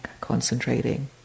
concentrating